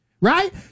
right